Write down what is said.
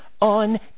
on